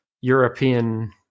European